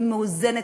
היא מאוזנת,